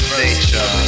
nature